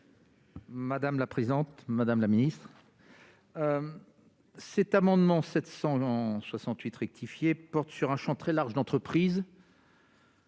Madame la présente, Madame la Ministre, cet amendement 700 longs 68 rectifié porte sur un Champ très large d'entreprise.